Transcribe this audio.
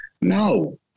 No